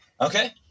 Okay